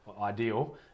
ideal